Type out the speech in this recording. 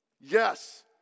Yes